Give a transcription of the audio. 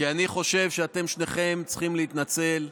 כי אני חושב שאתם שניכם צריכים להתנצל.